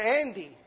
Andy